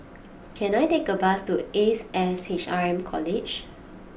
can I take a bus to Ace S H R M College